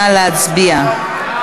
נא להצביע.